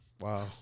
Wow